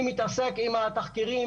אני מתעסק עם התחקירים,